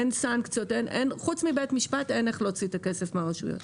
חוץ מבית משפט אין איך להוציא את הכסף מהרשיות.